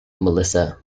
melissa